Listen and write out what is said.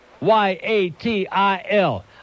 Y-A-T-I-L